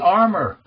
armor